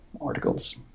articles